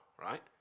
right